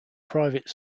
private